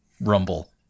Rumble